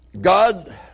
God